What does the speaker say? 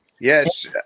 Yes